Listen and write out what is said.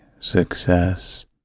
success